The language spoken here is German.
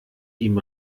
ihm